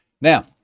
Now